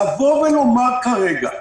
לבוא ולומר כרגע,